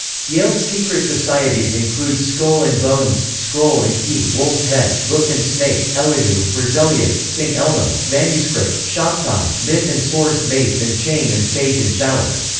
yale's secret societies include skull and bones, scroll and key, wolf's head, book and snake, elihu, berzelius, st. elmo, manuscript, shabtai, myth and sword, mace and chain and sage and chalice.